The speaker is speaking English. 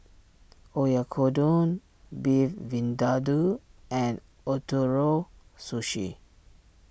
Oyakodon Beef Vindaloo and Ootoro Sushi